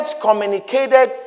communicated